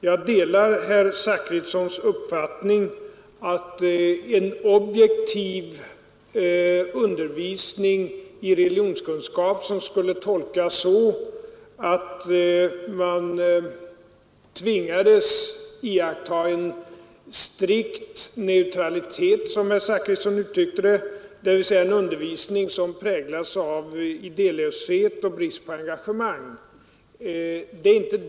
Jag delar herr Zachrissons uppfattning att vi inte skall sträva efter den formen av objektiv undervisning i religionskunskap som skulle kunna tolkas så, att man tvingades iaktta strikt neutralitet, som herr Zachrisson uttryckte det, dvs. en undervisning som präglas av idélöshet och brist på engagemang.